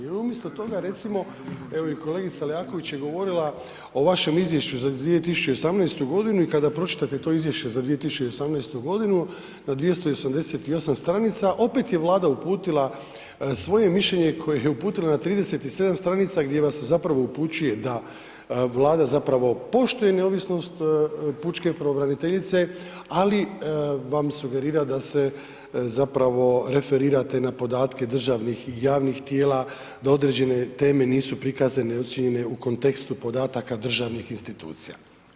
Jer umjesto toga recimo evo i kolegica Leaković je govorila o vašem izvješću za 2018.godinu i kada pročitate to izvješće za 2018.godinu na 288 stranica opet je Vlada uputila svoje mišljenje koje je uputila na 37 stranica gdje vas upućuje da Vlada poštuje neovisnost pučke pravobraniteljice, ali vam sugerira da se referirate na podatke državnih i javnih tijela, da određene teme nisu prikazane i ocijenjene u kontekstu podataka državnih institucija.